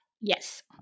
Yes